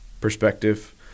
perspective